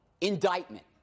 indictment